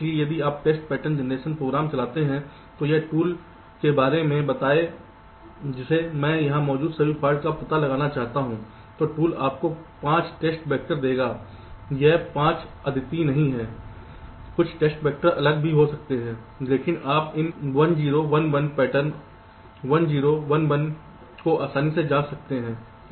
इसलिए यदि आप टेस्ट पैटर्न जेनरेशन प्रोग्राम चलाते हैं तो उस टूल के बारे में बताएं जिसे मैं यहां मौजूद सभी फॉल्ट्स का पता लगाना चाहता हूं तो टूल आपको यह 5 टेस्ट वैक्टर देगा यह 5 अद्वितीय नहीं है कुछ टेस्ट वैक्टर अलग भी हो सकते हैं लेकिन आप इस 1 0 1 1 पैटर्न 1 0 1 1 को आसानी से जांच सकते हैं